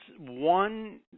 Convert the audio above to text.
one